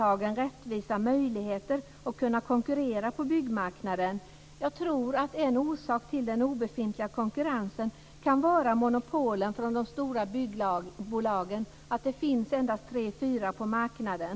Jag tror att en orsak till den obefintliga konkurrensen kan vara de stora byggbolagens monopolställning. Det finns endast tre, fyra bolag på marknaden.